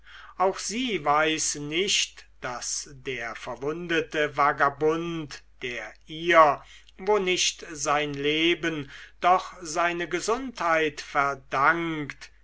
auch sie weiß nicht daß der verwundete vagabund der ihr wo nicht sein leben doch seine gesundheit verdankt